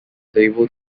able